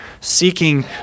seeking